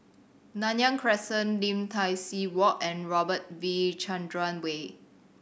Nanyang Crescent Lim Tai See Walk and Robert V Chandran Way